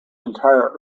entire